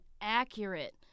accurate